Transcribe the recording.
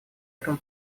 этому